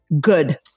good